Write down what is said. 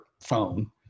phone